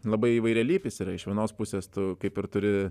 labai įvairialypis yra iš vienos pusės tu kaip ir turi